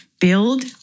build